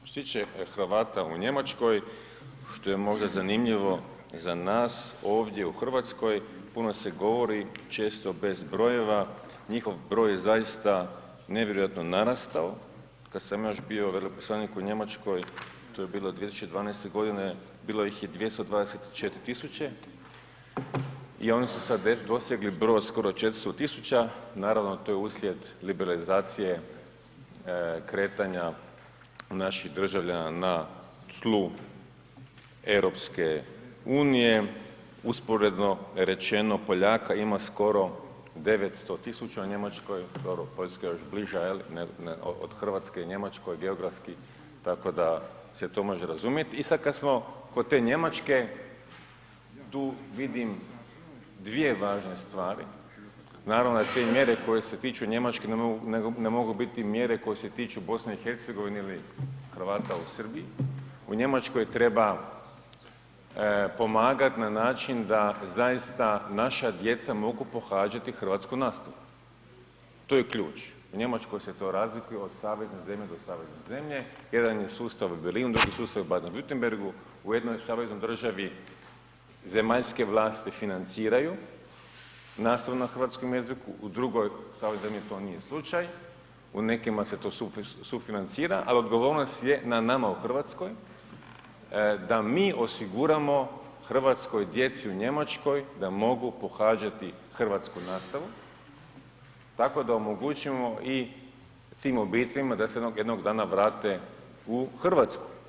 Što se tiče Hrvata u Njemačkoj, što je možda zanimljivo za nas ovdje u RH, puno se govori, često bez brojeva, njihov broj je zaista nevjerojatno narastao, kada sam još bio veleposlanik u Njemačkoj, to je bilo 2012.g. bilo ih je 224 000 i oni su sad dosegli broj skoro 400 000, naravno to je uslijed liberalizacije kretanja naših državljana na tlu EU, usporedno rečeno Poljaka ima skoro 900 000 u Njemačkoj, dobro Poljska je još bliža jel od RH Njemačkoj geografski, tako da se to može razumjet i sad kad smo kod te Njemačke, tu vidim dvije važne stvari, naravno da te mjere koje se tiču Njemačke ne mogu biti mjere koje se tiču BiH ili Hrvata u Srbiji, u Njemačkoj treba pomagat na način da zaista naša djeca mogu pohađati hrvatsku nastavu, to je ključ, u Njemačkoj se to razlikuje od savezne zemlje do savezne zemlje, jedan je sustav u Berlinu, drugi sustav u Baden- Wurttembergu, u jednoj saveznoj državi zemaljske vlasti financiraju nastavnu na hrvatskom jeziku, u drugoj saveznoj državi to nije slučaj, u nekima se to sufinancira, al odgovornost je na nama u RH da mi osiguramo hrvatskoj djeci u Njemačkoj da mogu pohađati hrvatsku nastavu tako da omogućimo i tim obiteljima da se jednog dana vrate u RH.